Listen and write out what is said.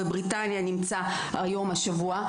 בבריטניה נמצא היום השבוע,